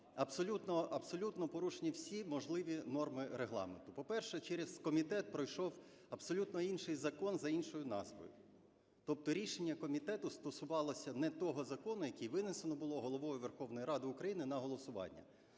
абсолютно порушені всі можливі норми Регламенту. По-перше, через комітет пройшов абсолютно інший закон за іншою назвою. Тобто рішення комітету стосувалося не того закону, який винесено було Головою Верховної Ради України на голосування.